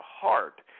heart